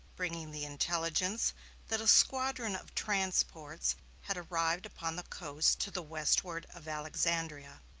bringing the intelligence that a squadron of transports had arrived upon the coast to the westward of alexandria,